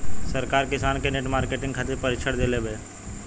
सरकार किसान के नेट मार्केटिंग खातिर प्रक्षिक्षण देबेले?